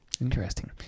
Interesting